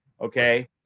Okay